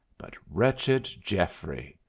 but wretched geoffrey!